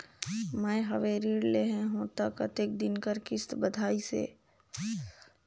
मैं हवे ऋण लेहे हों त कतेक दिन कर किस्त बंधाइस हे?